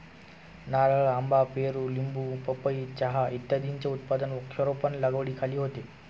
नारळ, आंबा, पेरू, लिंबू, पपई, चहा इत्यादींचे उत्पादन वृक्षारोपण लागवडीखाली होते